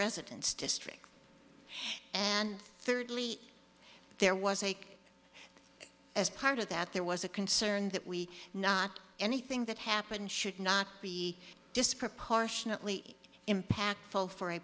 residence district and thirdly there was a as part of that there was a concern that we not anything that happened should not be disproportionately impact for a